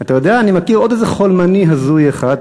אתה יודע, אני מכיר עוד איזה חולמני הזוי אחד.